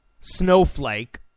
snowflake